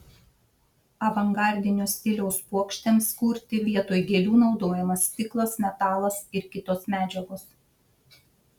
avangardinio stiliaus puokštėms kurti vietoj gėlių naudojamas stiklas metalas ir kitos medžiagos